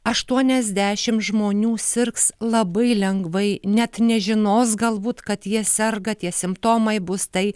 aštuoniasdešimt žmonių sirgs labai lengvai net nežinos galbūt kad jie serga tie simptomai bus tai